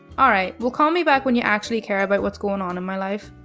alright, well call me back when you actually care about what's going on in my life.